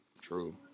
true